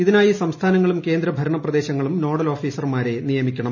ഇതിനായി സംസ്ഥാനങ്ങളും കേന്ദ്ര ഭരണപ്രദേശങ്ങളും നോഡൽ ഓഫീസർമാരെ നിയമിക്കണം